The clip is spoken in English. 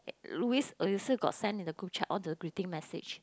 Louis also got send in the group chat all the greeting message